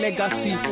Legacy